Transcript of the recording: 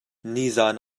nizaan